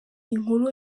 inkuru